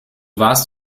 warst